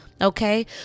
Okay